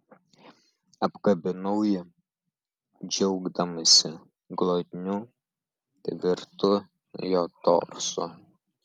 apkabinau jį džiaugdamasi glotniu tvirtu jo torsu